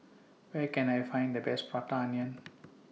Where Can I Find The Best Prata Onion